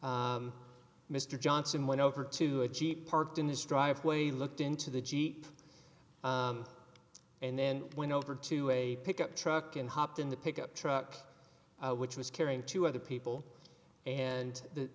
mr johnson went over to a jeep parked in his driveway looked into the jeep and then went over to a pickup truck and hopped in the pickup truck which was carrying two other people and the